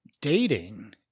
dating